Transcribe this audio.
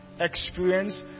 experience